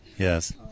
Yes